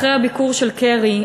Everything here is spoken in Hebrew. אחרי הביקור של קרי,